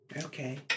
Okay